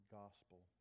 gospel